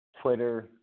Twitter